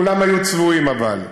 כולם היו צבועים, אבל.